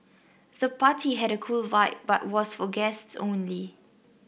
the party had a cool vibe but was for guests only